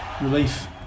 relief